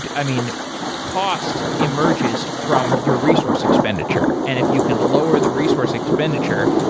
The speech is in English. i mean cost emerges from your resource expenditure. and if you can lower the resource expenditure,